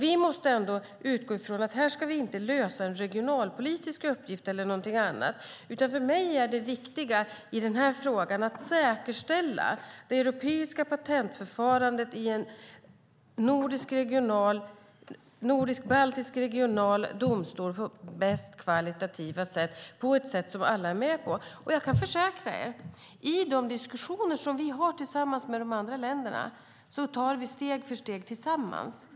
Vi måste ändå utgå ifrån att vi inte ska lösa den regionalpolitiska uppgiften eller någonting annat, utan det viktiga i den här frågan är för mig att säkerställa det europeiska patentförfarandet i en nordisk-baltisk regional domstol på bästa kvalitativa sätt och på ett sätt alla är med på. Jag kan försäkra er om att vi i de diskussioner vi har tillsammans med de andra länderna tar steg för steg tillsammans.